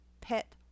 pet